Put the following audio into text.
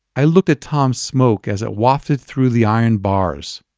i looked at tom's smoke as it wafted through the iron bars.